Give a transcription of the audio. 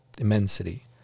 immensity